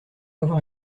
avoir